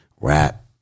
Rap